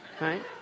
right